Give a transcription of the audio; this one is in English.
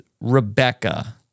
Rebecca